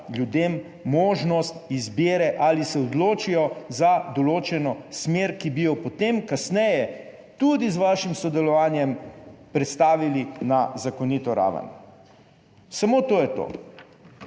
ljudem možnost izbire: ali se odločijo za določeno smer, ki bi jo potem kasneje tudi z vašim sodelovanjem prestavili na zakonito raven, samo to je to.